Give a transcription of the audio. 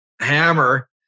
hammer